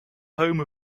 home